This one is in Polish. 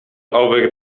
owych